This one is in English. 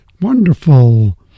Wonderful